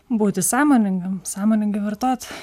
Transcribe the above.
būti sąmoningam sąmoningai vartot